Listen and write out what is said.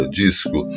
disco